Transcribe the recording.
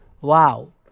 Wow